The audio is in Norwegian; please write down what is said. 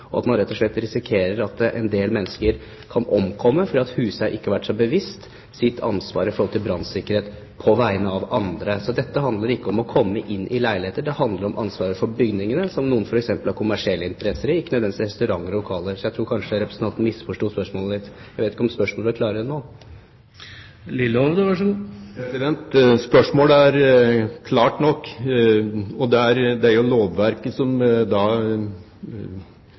på vegne av andre. Så dette handler ikke om å komme inn i leiligheter; det handler om ansvaret for bygninger som noen f.eks. har kommersielle interesser i, men ikke nødvendigvis restauranter og andre lokaler. Jeg tror kanskje representanten misforsto spørsmålet mitt. Jeg vet ikke om spørsmålet er klarere nå. Spørsmålet er klart nok. Hvis lovverket ikke er tilstrekkelig i dag med hensyn til sanksjoner, bør en se på lovverket